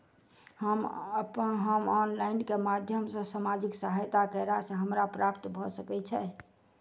हम ऑनलाइन केँ माध्यम सँ सामाजिक सहायता केँ राशि हमरा प्राप्त भऽ सकै छै?